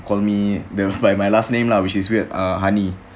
call me the by my last name lah which is weird uh hani